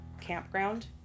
campground